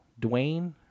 Dwayne